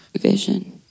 Vision